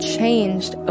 changed